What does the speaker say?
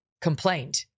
complained